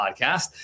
podcast